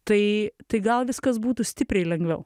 tai tai gal viskas būtų stipriai lengviau